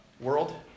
world